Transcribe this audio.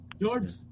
George